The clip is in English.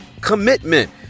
Commitment